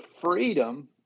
freedom